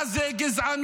מה זה גזענות?